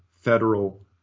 federal